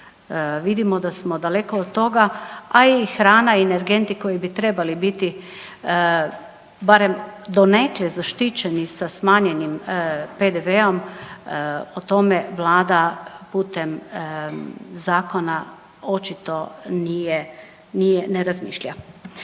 vidimo da smo daleko od toga, a i hrana i energenti koji bi trebali biti barem donekle zaštićeni sa smanjenim PDV-om o tome Vlada putem zakona očito nije ne razmišlja.